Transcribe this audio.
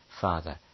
Father